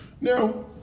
now